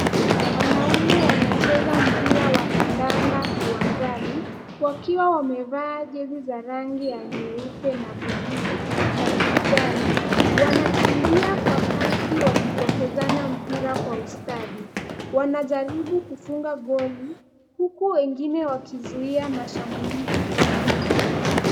Wanaume wanacheza mpira wa kandanda uwanjani. Wakiwa wamevaa jezi za rangi ya nyeupe na buluu na kijani, wanakimbia kwa kasi wakipokezana mpira kwa ustadi wanajaribu kufunga goli huku wengine wakizuia mashambulizi kwa nguvu.